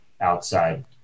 outside